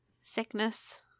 Sickness